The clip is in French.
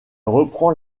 reprend